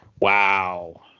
Wow